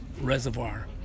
reservoir